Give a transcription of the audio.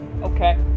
Okay